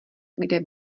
kde